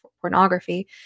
pornography